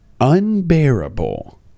unbearable